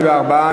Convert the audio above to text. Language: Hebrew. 54,